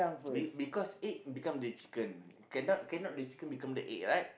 be because egg become the chicken cannot cannot the chicken become the egg right